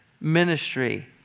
ministry